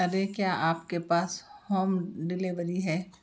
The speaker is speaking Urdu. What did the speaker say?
ارے کیا آپ کے پاس ہوم ڈلیوری ہے